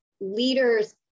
leaders